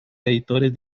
editores